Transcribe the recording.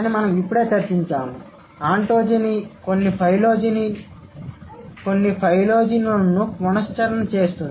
మేము ఇప్పుడే చర్చించాము ఆన్టోజెని కొన్ని ఫైలోజెని లను పునశ్చరణ చేస్తుంది